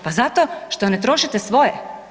Pa zato što ne trošite svoje.